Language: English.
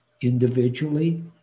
individually